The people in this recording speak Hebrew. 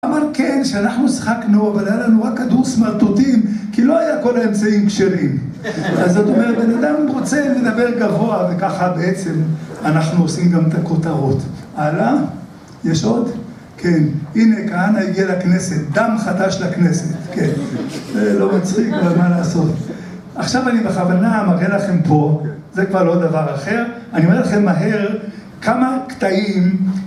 ‫אמר, כן, שאנחנו שחקנו, ‫אבל היה לנו רק כדור סמרטוטים, ‫כי לא היה כל האמצעים כשרים. ‫אז את אומרת, ‫בן אדם רוצה לדבר גבוה, ‫וככה בעצם אנחנו עושים גם את הכותרות. ‫הלאה? יש עוד? כן. ‫הנה, כהנא הגיע לכנסת, ‫דם חדש לכנסת. ‫כן, לא מצחיק, אבל מה לעשות? ‫עכשיו אני בכוונה מראה לכם פה, ‫זה כבר לא דבר אחר, ‫אני אומר לכם מהר, ‫כמה קטעים,